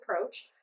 approach